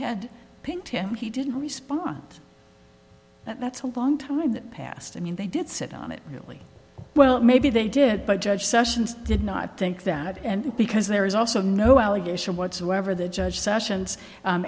had picked him he didn't respond that's a long time in the past i mean they did sit on it really well maybe they did but judge sessions did not think that and because there is also no allegation whatsoever that judge sessions